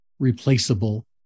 replaceable